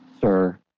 sir